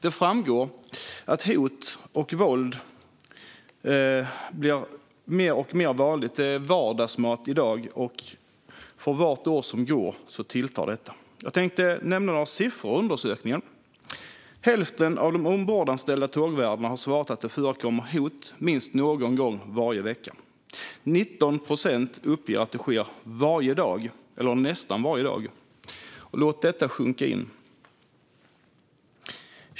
Där framgår att hot och våld blir alltmer vanligt. Det är vardagsmat i dag, och för varje år som går tilltar det. Jag tänkte nämna några siffor från undersökningen. Hälften av de ombordanställda tågvärdarna har svarat att det förekommer hot minst någon gång varje vecka. 19 procent uppger att det sker varje dag eller nästan varje dag. Låt detta sjunka in!